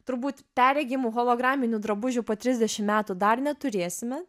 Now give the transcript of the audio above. turbūt perregimų holograminių drabužių po trisdešim metų dar neturėsime